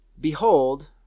Behold